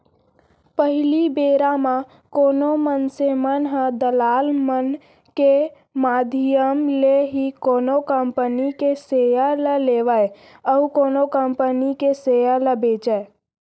पहिली बेरा म कोनो मनसे मन ह दलाल मन के माधियम ले ही कोनो कंपनी के सेयर ल लेवय अउ कोनो कंपनी के सेयर ल बेंचय